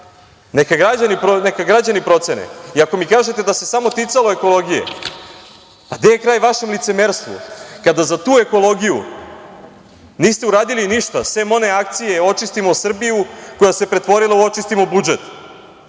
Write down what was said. neka građani procene i ako mi kažete da se samo ticalo ekologije, a gde je kraj vašem licemerstvu kada za tu ekologiju niste uradili ništa, sem one akcije „Očistimo Srbiju“ koja se pretvorila u očistimo budžet,